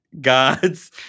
gods